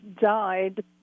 died